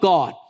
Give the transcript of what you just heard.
God